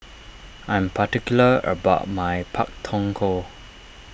I am particular about my Pak Thong Ko